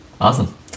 Awesome